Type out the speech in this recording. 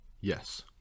Yes